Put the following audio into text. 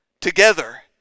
together